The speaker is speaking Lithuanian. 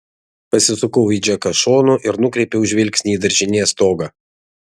pasisukau į džeką šonu ir nukreipiau žvilgsnį į daržinės stogą